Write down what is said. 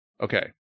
Okay